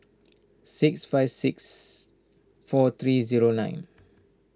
six five six four three zero nine